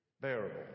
bearable